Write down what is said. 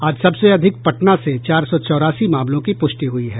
आज सबसे अधिक पटना से चार सौ चौरासी मामलों की पुष्टि हुई है